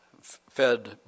fed